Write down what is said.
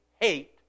hate